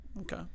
okay